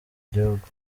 gihugu